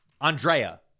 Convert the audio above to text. Andrea